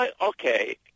Okay